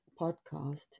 podcast